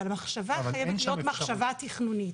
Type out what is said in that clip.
אבל מחשבה חייבת להיות מחשבה תכנונית.